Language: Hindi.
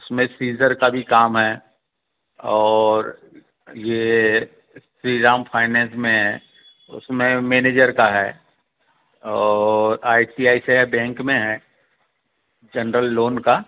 उसमें सीज़र का भी काम है और ये श्रीराम फाइनेंस में है उसमें मैनेजर का है और I C I C I bank में हैं जनरल जनरल लोन का